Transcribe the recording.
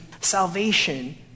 salvation